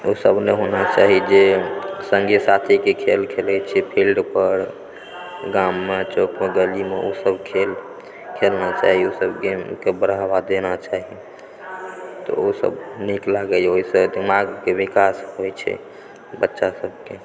ओहि सब लऽ होना चाही जे गेम सङ्गी साथी के खेल खेलै छियै फील्ड पर गाममे चौक पर गलीमे ओ सब खेल खेलना चाही ओ सब गेम कऽ बढ़ाबा देना चाही तऽ ओ सब नीक लागैए ओहिसँ दिमाग के विकास होइ छै बच्चा सबके